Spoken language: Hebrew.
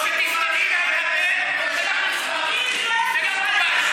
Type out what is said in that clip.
או שתסתמי לה את הפה או שלך אני אסתום את הפה.